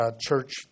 church